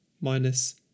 minus